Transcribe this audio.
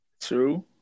true